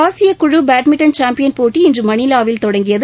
ஆசிய குழு badminton champion போட்டி இன்று மணிலாவில் தொடங்கியது